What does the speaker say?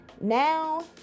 Now